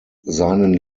seinen